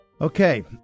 Okay